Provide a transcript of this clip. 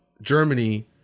Germany